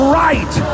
right